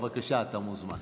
בבקשה, אתה מוזמן.